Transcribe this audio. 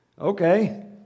Okay